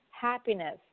happiness